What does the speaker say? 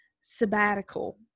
sabbatical